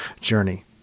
journey